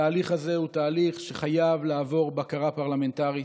התהליך הזה הוא תהליך שחייב לעבור בקרה פרלמנטרית.